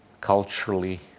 culturally